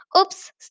Oops